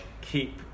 keep